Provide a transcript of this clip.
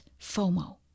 FOMO